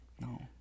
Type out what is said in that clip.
No